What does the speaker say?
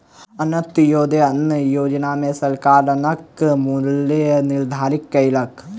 अन्त्योदय अन्न योजना में सरकार अन्नक मूल्य निर्धारित कयलक